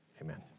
amen